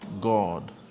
God